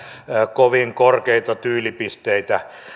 kovin korkeita tyylipisteitä